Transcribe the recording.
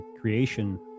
creation